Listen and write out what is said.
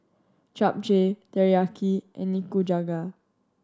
Japchae Teriyaki and Nikujaga